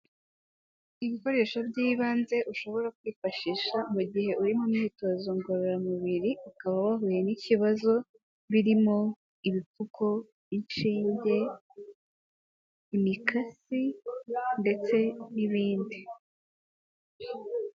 Ibikoresho by'ibanze ushobora kwifashisha mu gihe uri mu myitozo ngororamubiri ukaba wahuye n'ikibazo, birimo ibipfuko, inshinge, imikasi ndetse n'ibindi.